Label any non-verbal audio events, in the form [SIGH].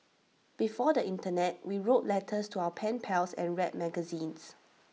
[NOISE] before the Internet we wrote letters to our pen pals and read magazines